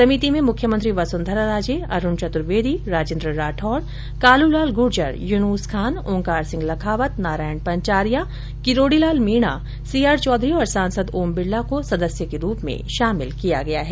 समिति में मुख्यमंत्री वसुंधरा राजे अरूण चतुर्वेदी राजेन्द्र राठौड कालूलाल गुर्जर यूनुस खान ओंकार सिंह लखावत नारायण पंचारिया किरोडी लाल मीणा सी आर चौधरी और सांसद ओम बिडला को सदस्य के रूप में शामिल किया गया है